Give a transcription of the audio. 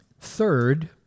Third